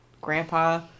grandpa